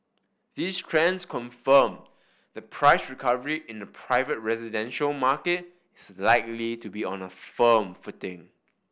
these trends confirm the price recovery in the private residential market is likely to be on a firm footing